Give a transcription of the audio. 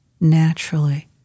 naturally